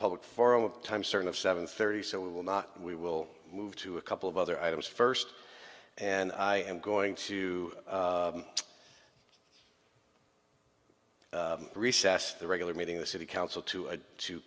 public forum of time certain of seven thirty so we will not we will move to a couple of other items first and i am going to recess the regular meeting the city council to a to